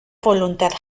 voluntad